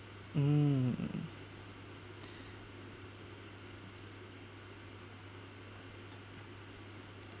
mm